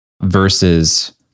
versus